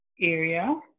area